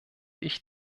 ich